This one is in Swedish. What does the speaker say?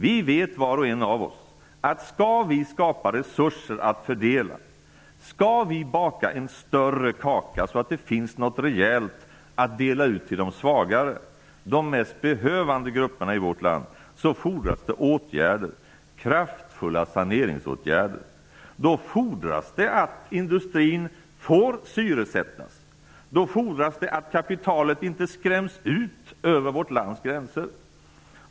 Var och en av oss vet att om vi skall skapa resurser att fördela, om vi skall baka en större kaka så att det finns något rejält att dela ut till de svagare och de mest behövande grupperna i vårt land, så fordras det kraftfulla saneringsåtgärder. Då fordras det att industrin tillåts att syresättas. Då fordras det att kapitalet inte skräms ut över vårt lands gränser.